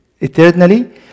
eternally